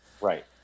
Right